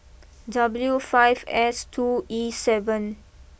W five S two E seven